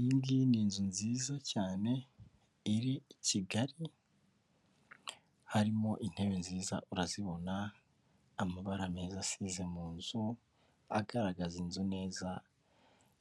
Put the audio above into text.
Iyi ngiyi ni inzu nziza cyane iri Kigali harimo intebe nziza urazibona, amabara meza asize mu nzu, agaragaza inzu neza